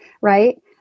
Right